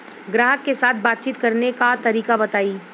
ग्राहक के साथ बातचीत करने का तरीका बताई?